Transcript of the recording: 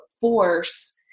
force